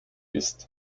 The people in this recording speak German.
ist